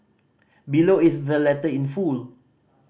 below is the letter in full